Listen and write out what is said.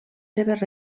seves